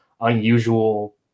Unusual